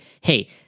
hey